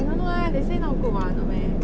I don't know leh they say not good [what] the where